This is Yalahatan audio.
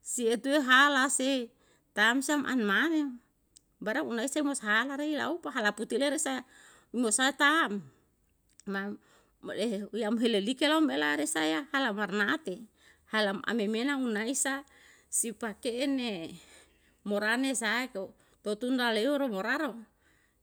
Si etue hala se tamsa m'an mane, barang unae se mo sa hala rei raopa hala puti leru sa i mosae ta'm, yam heli like lam ela resaya hala marnatate, hala m'ame mena unae isa si pake'ne morane sae totun na leiyo romaro